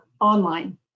online